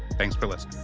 thanks for listening